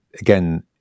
again